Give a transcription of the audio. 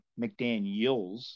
McDaniels